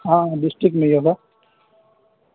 ہاں ڈسٹکٹ میں ہی ہوگا